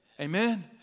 Amen